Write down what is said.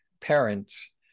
parents